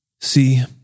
See